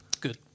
Good